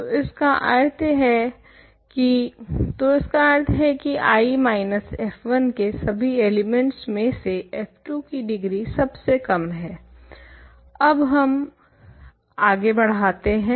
तो इसका अर्थ है की तो इसका अर्थ है की I माइनस f1 के सभी एलिमेंट्स में से f2 की डिग्री सबसे कम है अब हम आगे बढाते हैं